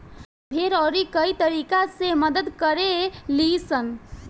भेड़ अउरी कई तरीका से मदद करे लीसन